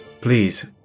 please